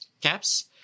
caps